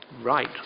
Right